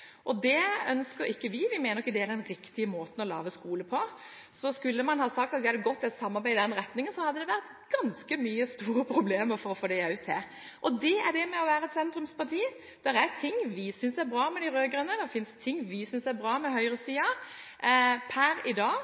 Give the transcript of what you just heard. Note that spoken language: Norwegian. Det ønsker ikke vi. Vi mener ikke det er den riktige måten å lage skole på. Så skulle vi ha gått for et samarbeid i den retningen, hadde det vært ganske mange og store problemer for å få det til. Slik er det å være et sentrumsparti. Det er ting vi synes er bra med de rød-grønne, og det finnes ting vi synes er bra med høyresiden. Per i dag